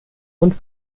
und